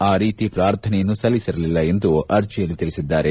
ಆ ರೀತಿ ಪ್ರಾರ್ಥನೆಯನ್ನೂ ಸಲ್ಲಿಸಿರಲಿಲ್ಲ ಎಂದು ಅರ್ಜಿಯಲ್ಲಿ ತಿಳಿಸಿದ್ದಾರೆ